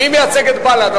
מי מייצג את בל"ד?